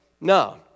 no